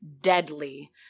deadly